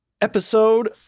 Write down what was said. episode